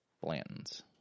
Blanton's